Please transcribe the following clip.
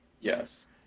Yes